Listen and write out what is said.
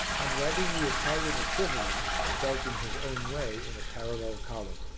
and writing the italian equivalents, spelt in his own way, in a parallel column.